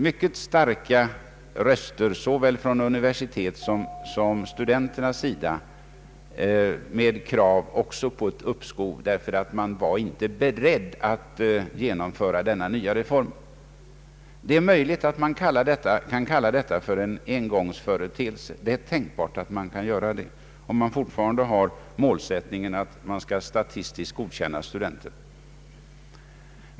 Mycket starka röster höjdes från såväl universitet som studenter med krav på ett uppskov. Man var nämligen inte beredd att genomföra denna nya reform. Det är möjligt att man kan kalla detta för en engångsföreteelse, om målsättningen fortfarande är att: ”statistiskt” godkänna studenter.